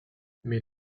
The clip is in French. mais